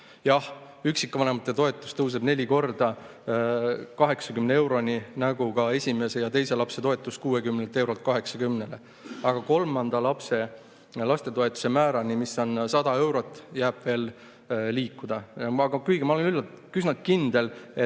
Jah, üksikvanematoetus tõuseb neli korda, 80 euroni, nagu ka esimese ja teise lapse toetus 60 eurolt 80 eurole. Aga kolmanda lapse toetuse määrani, mis on 100 eurot, tuleb veel liikuda. Kuigi ma olen üsna kindel, et